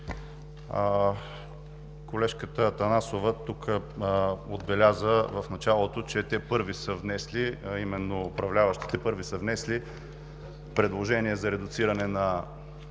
Колежката Атанасова в началото тук отбеляза, че те първи са внесли, а именно управляващите първи са внесли предложение за редуциране,